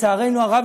לצערנו הרב,